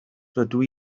rydw